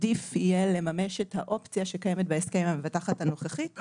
עדיף יהיה לממש את האופציה שקיימת בהסכם עם המבטחת הנוכחית,